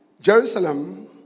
Jerusalem